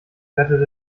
wertet